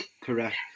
correct